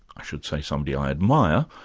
i should say, somebody i admire,